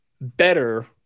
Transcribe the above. better